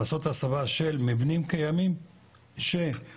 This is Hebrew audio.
לעשות הסבה של מבנים קיימים שהייעוד